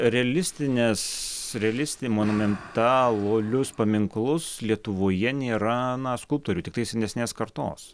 realistinės realistai monumentalolius paminklus lietuvoje nėra na skulptorių tiktai senesnės kartos